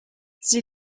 sie